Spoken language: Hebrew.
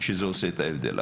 זה עושה את ההבדל.